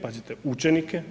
Pazite učenike.